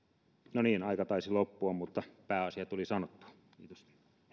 no niin aika taisi loppua mutta pääasia tuli sanottua kiitos